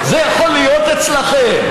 זה יכול להיות אצלכם?